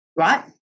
Right